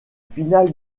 finale